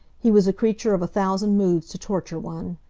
he was a creature of a thousand moods to torture one.